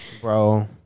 Bro